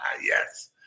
Yes